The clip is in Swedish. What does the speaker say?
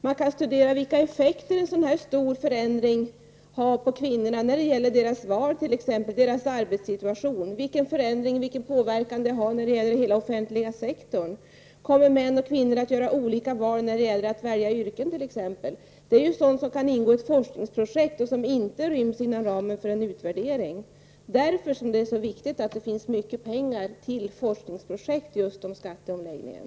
Man kan vidare studera vilka effekter en så stor förändring har för kvin norna när det gäller deras vardag och deras arbetssituation och för den offentliga sektorn. Kommer t.ex. män och kvinnor att göra olika val när det gäller att välja yrke? Det är sådana frågor som kan ingå i ett forskningsprojekt och som inte ryms inom ramen för en utvärdering. Därför är det så viktigt att det finns mycket pengar till forskningsprojekt just om skatteomläggningen.